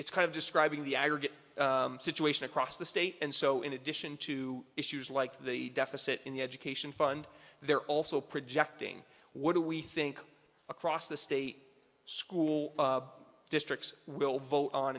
it's kind of describing the aggregate situation across the state and so in addition to issues like the deficit in the education fund they're also projecting what do we think across the state school districts will vote on